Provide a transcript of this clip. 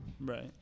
right